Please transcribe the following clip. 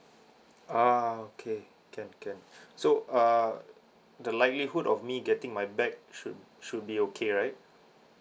ah okay can can so uh the likelihood of me getting my bag should should be okay right